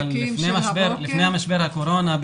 אבל לפני משבר הקורונה,